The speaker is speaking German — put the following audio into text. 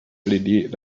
led